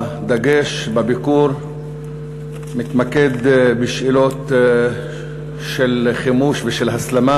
הדגש בביקור מתמקד בשאלות של חימוש ושל הסלמה,